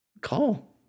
Call